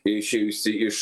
išėjusi iš